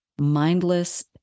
mindless